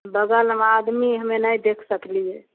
बगलमे आदमी हमे नहि देख सकलियै